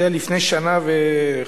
זה היה לפני שנה וחודש,